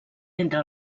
entre